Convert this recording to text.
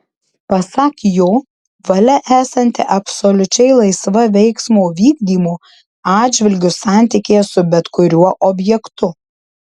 pasak jo valia esanti absoliučiai laisva veiksmo vykdymo atžvilgiu santykyje su bet kuriuo objektu